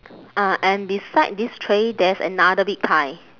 ah and beside this tray there's another big pie